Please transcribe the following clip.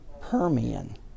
Permian